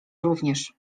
również